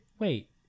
Wait